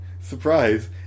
surprise